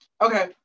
Okay